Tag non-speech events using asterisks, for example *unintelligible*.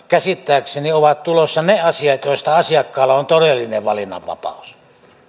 *unintelligible* käsittääkseni ovat tulossa ne asiat joista asiakkaalla on todellinen valinnanvapaus